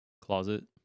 closet